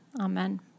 Amen